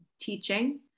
teaching